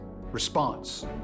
response